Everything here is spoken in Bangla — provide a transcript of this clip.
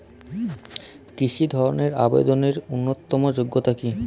কৃষি ধনের আবেদনের ন্যূনতম যোগ্যতা কী?